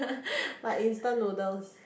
like instant noodles